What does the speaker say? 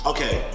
Okay